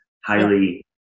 highly